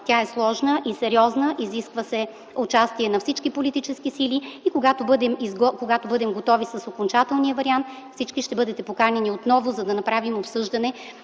Тя е сложна и сериозна, изисква се участие на всички политически сили. Когато бъдем готови с окончателния вариант, всички ще бъдете поканени отново да направим обсъждане